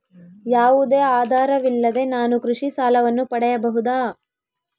ಯಾವುದೇ ಆಧಾರವಿಲ್ಲದೆ ನಾನು ಕೃಷಿ ಸಾಲವನ್ನು ಪಡೆಯಬಹುದಾ?